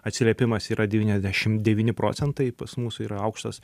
atsiliepimas yra devyniasdešimt devyni procentai pas mus yra aukštas